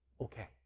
Okay